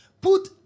put